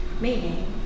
Meaning